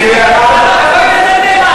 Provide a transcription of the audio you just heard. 7%,